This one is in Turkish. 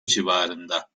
civarında